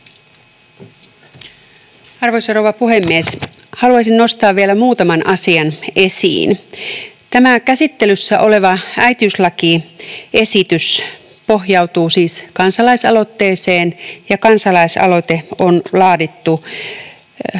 Arvoisa rouva puhemies! Haluaisin nostaa vielä muutaman asian esiin. Tämä käsittelyssä oleva äitiyslakiesitys pohjautuu siis kansalaisaloitteeseen, ja kansa-laisaloite on laadittu viime